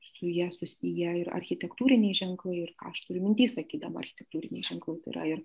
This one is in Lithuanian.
su ja susiję ir architektūriniai ženklai ir ką aš turiu minty sakydama architektūriniai ženklai yra ir